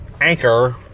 anchor